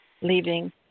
Leaving